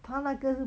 他那个是